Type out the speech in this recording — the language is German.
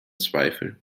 zweifel